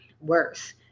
worse